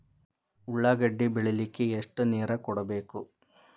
ಉಳ್ಳಾಗಡ್ಡಿ ಬೆಳಿಲಿಕ್ಕೆ ಎಷ್ಟು ನೇರ ಕೊಡಬೇಕು?